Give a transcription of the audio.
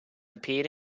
appeared